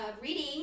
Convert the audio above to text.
Reading